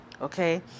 Okay